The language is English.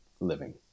living